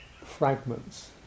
fragments